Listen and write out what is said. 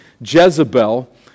Jezebel